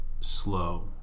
slow